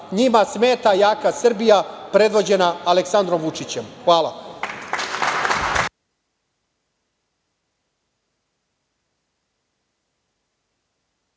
Njima smeta jaka Srbija predvođena Aleksandrom Vučićem. Hvala.